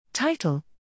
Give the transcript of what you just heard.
Title